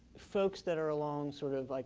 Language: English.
folks that are along, sort of, but